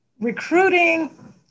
recruiting